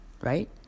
right